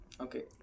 Okay